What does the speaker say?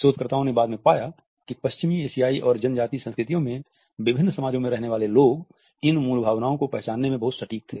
शोधकर्ताओं ने बाद में पाया कि पश्चिमी एशियाई और जन जातीय संस्कृतियों में विभिन्न समाजों में रहने वाले लोग इन मूल भावनाओं को पहचानने में बहुत सटीक थे